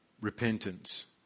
repentance